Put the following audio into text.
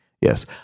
yes